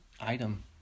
item